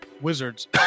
Wizards